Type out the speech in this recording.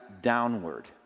downward